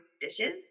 dishes